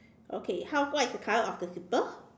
okay how what is the color of the slipper